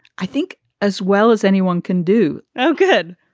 i think as well as anyone can do. oh, good.